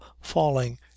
falling